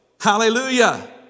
Hallelujah